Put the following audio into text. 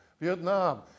Vietnam